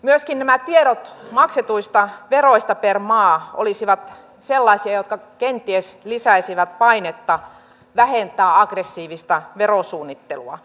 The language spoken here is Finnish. myöskin nämä tiedot maksetuista veroista per maa olisivat sellaisia jotka kenties lisäisivät painetta vähentää aggressiivista verosuunnittelua